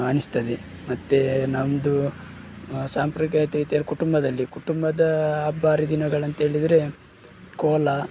ಅನ್ನಿಸ್ತದೆ ಮತ್ತು ನಮ್ಮದು ಸಂಪ್ರದಾಯತೆಯ ಕುಟುಂಬದಲ್ಲಿ ಕುಟುಂಬದ ಹಬ್ಬ ಹರಿದಿನಗಳು ಅಂಥೇಳಿದ್ರೆ ಕೋಲಾ